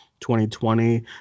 2020